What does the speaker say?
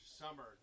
Summer